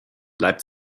bleibt